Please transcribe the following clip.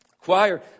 choir